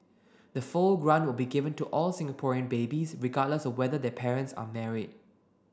the full grant will be given to all Singaporean babies regardless of whether their parents are married